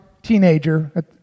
teenager